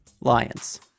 Lions